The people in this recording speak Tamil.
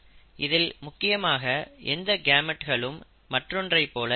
இதில் முக்கியமாக எந்த கேமெட்களும் மற்றொன்றை போல இருக்காது